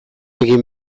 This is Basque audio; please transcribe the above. egin